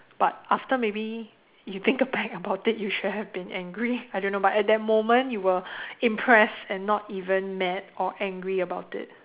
but after maybe you think back about it you should've been angry I don't know but at that moment you were impressed and not even mad or angry about it